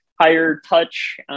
higher-touch